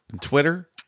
Twitter